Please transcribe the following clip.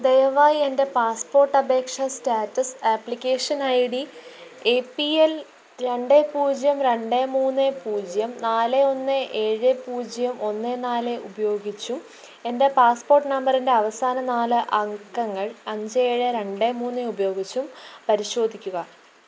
ദയവായി എന്റെ പാസ്പ്പോട്ട് അപേക്ഷാ status application ID A P L രണ്ട് പൂജ്യം രണ്ട് മൂന്ന് പൂജ്യം നാല് ഒന്ന് ഏഴ് പൂജ്യം ഒന്ന് നാല് ഉപയോഗിച്ചും എന്റെ പാസ്പ്പോട്ട് നമ്പറിന്റെ അവസാന നാല് അക്കങ്ങൾ അഞ്ച് ഏഴ് രണ്ട് മുന്ന് ഉപയോഗിച്ചും പരിശോധിക്കുക